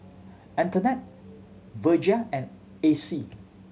Antonette Virgia and Acy